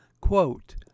quote